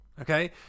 Okay